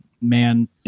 man